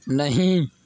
نہیں